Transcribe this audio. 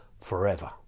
forever